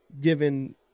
Given